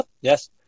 yes